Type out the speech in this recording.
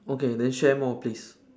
okay then share more please